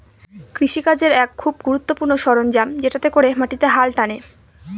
কৃষি কাজের এক খুব গুরুত্বপূর্ণ সরঞ্জাম যেটাতে করে মাটিতে হাল টানে